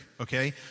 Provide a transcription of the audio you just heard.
okay